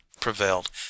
prevailed